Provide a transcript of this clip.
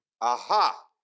Aha